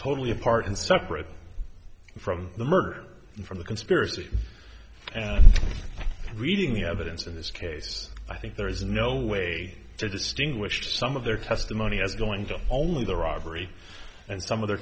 totally apart and separate from the murder from the spirity and reading the evidence in this case i think there is no way to distinguish some of their testimony as going to only the robbery and some of their